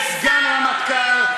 וסגן רמטכ"ל,